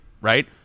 right